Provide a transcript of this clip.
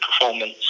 performance